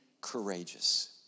courageous